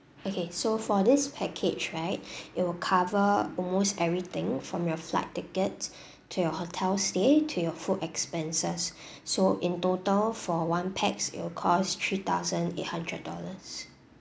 okay so for this package right it'll cover almost everything from your flight tickets to your hotel stay to your food expenses so in total for one pax it'll cost three thousand eight hundred dollars